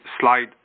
slide